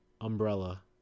Umbrella